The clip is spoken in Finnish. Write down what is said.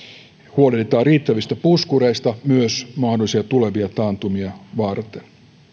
huolehditaan riittävistä puskureista myös mahdollisia tulevia taantumia varten